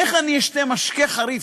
איך אני אשתה משקה חריף?